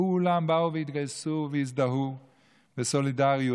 כולם באו והתגייסו והזדהו בסולידריות.